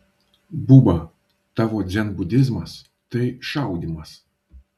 buba tavo dzenbudizmas tai šaudymas